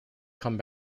come